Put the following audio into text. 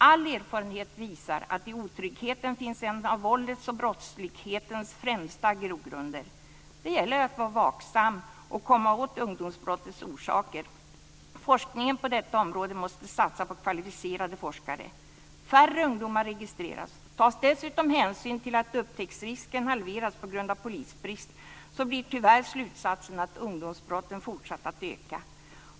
All erfarenhet visar att i otryggheten finns en av våldets och brottslighetens främsta grogrunder. Det gäller att vara vaksam och att komma åt ungdomsbrottets orsaker. Forskningen på detta område måste satsa på kvalificerade forskare. Färre ungdomar registreras. Tas dessutom hänsyn till att upptäcktsrisken halverats på grund av polisbrist blir tyvärr slutsatsen att ungdomsbrotten fortsatt att öka.